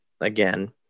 again